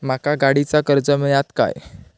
माका गाडीचा कर्ज मिळात काय?